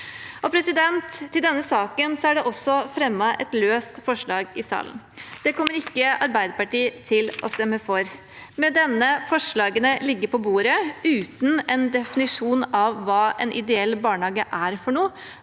over tid. Til denne saken er det også fremmet et løst forslag. Det kommer ikke Arbeiderpartiet til å stemme for. Med disse forslagene liggende på bordet uten en definisjon av hva en ideell barnehage er, vil det